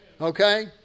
Okay